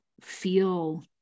feel